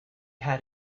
had